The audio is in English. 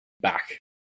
back